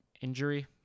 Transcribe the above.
injury